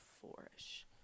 four-ish